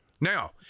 Now